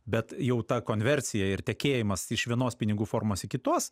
bet jau ta konversija ir tekėjimas iš vienos pinigų formos į kitos